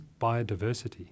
biodiversity